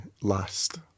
last